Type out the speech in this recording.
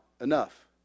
enough